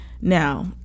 Now